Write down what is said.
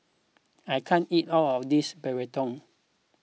I can't eat all of this Burrito